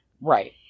Right